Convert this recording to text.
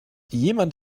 jemand